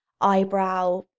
eyebrow